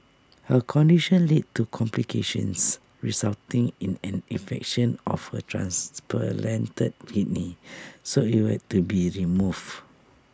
her condition led to complications resulting in an infection of her kidney so you had to be removed